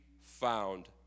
found